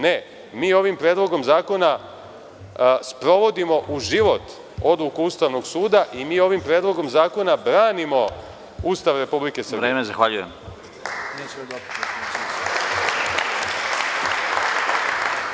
Ne, mi ovim predlogom zakona sprovodimo u život odluku Ustavnog suda i mi ovim predlogom zakona branimo Ustav Republike Srbije.